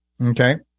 Okay